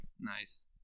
Nice